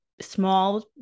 small